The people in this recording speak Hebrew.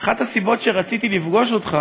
אחת הסיבות שרציתי לפגוש אותך